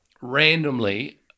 randomly